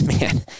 man